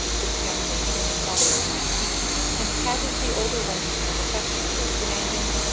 this young matron and mother of nineteen and patted the older woman's hand affectionately, demanding,